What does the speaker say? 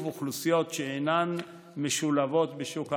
אוכלוסיות שאינן משולבות בשוק העבודה.